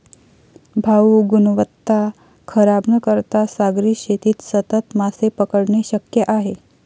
भाऊ, गुणवत्ता खराब न करता सागरी शेतीत सतत मासे पकडणे शक्य आहे